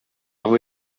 alati